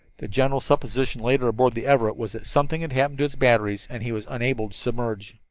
the general supposition later aboard the everett was that something had happened to his batteries and he was unable to submerge.